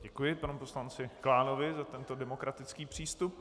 Děkuji panu poslanci Klánovi za tento demokratický přístup.